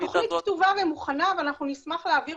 התוכנית כתובה ומוכנה ואנחנו נשמח להעביר